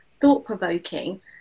thought-provoking